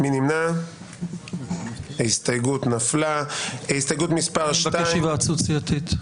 אנחנו מחדשים את ישיבת הוועדה לאחר ההתייעצות הסיעתית.